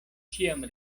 ĉiam